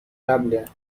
قبله